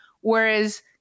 whereas